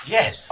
Yes